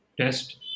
test